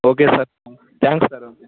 okay sir thanks sir okay okay